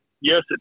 yes